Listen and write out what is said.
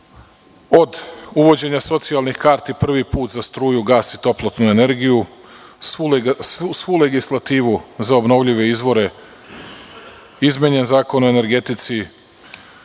od uvođenje socijalnih karti prvi put za struju, gas i toplotnu energiju, svu legislativu za obnovljive izvore, izmenjen Zakon o energetici,